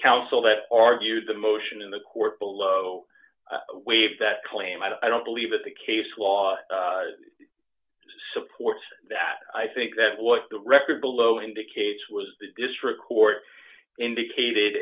counsel that argued the motion in the court below waive that claim i don't believe that the case law supports that i think that what the record below indicates was the district court indicated